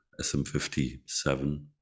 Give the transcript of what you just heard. SM57